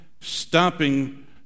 stopping